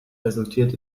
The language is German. resultiert